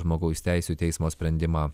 žmogaus teisių teismo sprendimą